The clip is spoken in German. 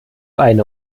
eine